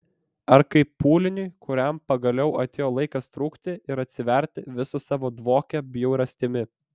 ar kaip pūliniui kuriam pagaliau atėjo laikas trūkti ir atsiverti visa savo dvokia bjaurastimi